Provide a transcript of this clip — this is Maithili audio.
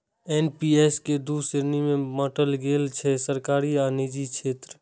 एन.पी.एस कें दू श्रेणी मे बांटल गेल छै, सरकारी आ निजी क्षेत्र